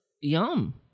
yum